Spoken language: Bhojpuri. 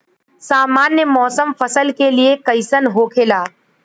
सामान्य मौसम फसल के लिए कईसन होखेला?